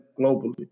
globally